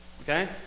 Okay